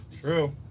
true